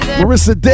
Marissa